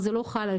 אנשים.